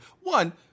one